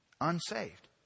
unsaved